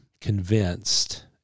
convinced